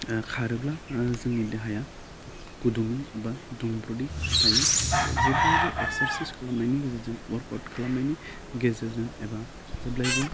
खारोब्ला जोंनि देहाया गुदुङै बा दुंब्रुदै थायो जेब्लायबो एकसारसाइस खालामनायनि गेजेरजों अवार्कआउट खालामानायनि गेजेरजों एबा जेब्लायबो